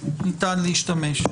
ניתן להשתמש בו?